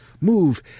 Move